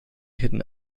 hidden